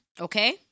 Okay